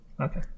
Okay